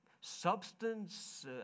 substance